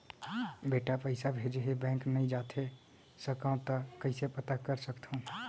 बेटा पइसा भेजे हे, बैंक नई जाथे सकंव त कइसे पता कर सकथव?